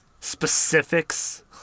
specifics